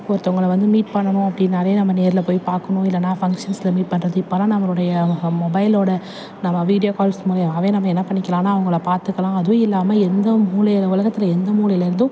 ஒருத்தவங்கள வந்து மீட் பண்ணணும் அப்படின்னாலே நம்ம நேரில் போய் பார்க்கணும் இல்லைன்னா ஃபங்க்ஷன்ஸில் மீட் பண்ணுறது இப்போல்லாம் நம்மளுடைய மொபைலோடய நம்ம வீடியோ கால்ஸ் மூலிமாவே நம்ம என்ன பண்ணிக்கிலான்னா அவங்கள பார்த்துக்கலாம் அதுவும் இல்லாமல் எந்த மூலையில் உலகத்தில் எந்த மூலையில் இருந்தும்